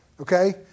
Okay